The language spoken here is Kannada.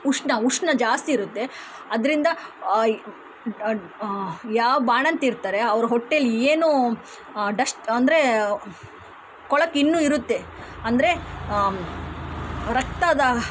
ಉಷ್ಣ ಉಷ್ಣ ಜಾಸ್ತಿ ಇರುತ್ತೆ ಅದರಿಂದ ಯಾವ ಬಾಣಂತಿ ಇರ್ತಾರೆ ಅವರ ಹೊಟ್ಟೇಲಿ ಏನು ಡಸ್ಟ್ ಅಂದರೆ ಕೊಳಕು ಇನ್ನೂ ಇರುತ್ತೆ ಅಂದರೆ ರಕ್ತದ